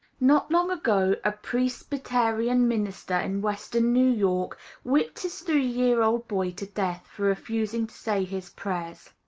not long ago a presbyterian minister in western new york whipped his three-year-old boy to death, for refusing to say his prayers.